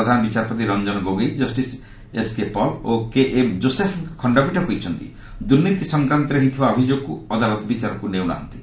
ପ୍ରଧାନ ବିଚାରପତି Ranjan Gogoi justice S K Pal ଓ K M କୋଶେଫଙ୍କ ଖଣ୍ଡପୀଠ କହିଛନ୍ତି ଦୁର୍ନୀତି ସଂକ୍ରାନ୍ତରେ ହୋଇଥିବା ଅଭିଯୋଗକୁ ଅଦାଲତ ବିଚାରକୁ ନେଉନାହାନ୍ତି